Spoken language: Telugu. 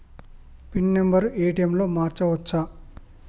పిన్ నెంబరు ఏ.టి.ఎమ్ లో మార్చచ్చా?